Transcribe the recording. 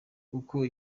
kuko